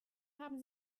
haben